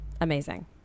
amazing